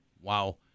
Wow